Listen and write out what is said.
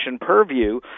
purview